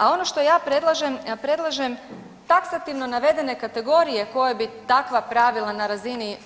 A ono što ja predlažem, predlažem taksativno navedene kategorije koje bi takva pravila na razini